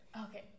Okay